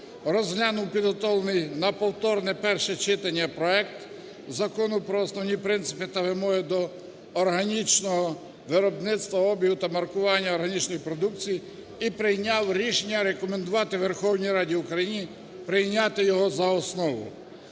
розглянув підготовлений на повторне перше читання проект Закону про основні принципи та вимоги до органічного виробництва, обігу та маркування органічної продукції і прийняв рішення рекомендувати Верховній Раді України прийняти його за основу.